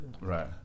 Right